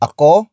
Ako